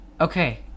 okay